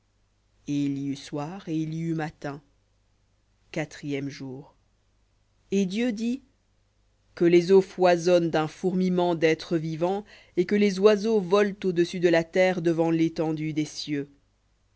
y eut matin quatrième jour et dieu dit que les eaux foisonnent d'un fourmillement d'êtres vivants et que les oiseaux volent au-dessus de la terre devant l'étendue des cieux